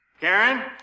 Karen